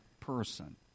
person